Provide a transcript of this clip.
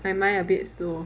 my mind a bit slow